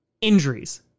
injuries